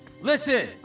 Listen